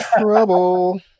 trouble